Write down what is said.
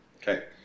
okay